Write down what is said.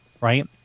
right